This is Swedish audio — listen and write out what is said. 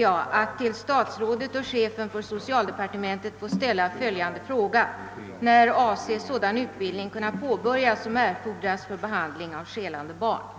För att rätta till detta förhållande kan olika åtgärder vidtagas; man kan t.ex. antingen sänka antalet arbetsdagar per månad för full semesterkvalificering till mindre än 15